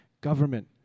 government